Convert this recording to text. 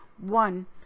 One